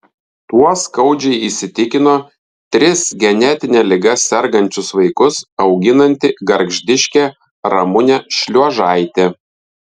tuo skaudžiai įsitikino tris genetine liga sergančius vaikus auginanti gargždiškė ramunė šliuožaitė